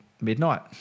midnight